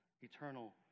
eternal